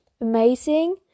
amazing